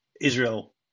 Israel